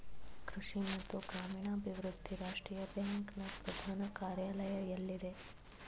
ಕೃಷಿ ಮತ್ತು ಗ್ರಾಮೀಣಾಭಿವೃದ್ಧಿ ರಾಷ್ಟ್ರೀಯ ಬ್ಯಾಂಕ್ ನ ಪ್ರಧಾನ ಕಾರ್ಯಾಲಯ ಎಲ್ಲಿದೆ?